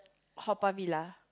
Haw-Par-Villa